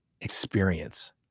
experience